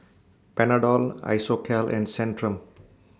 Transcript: Panadol Isocal and Centrum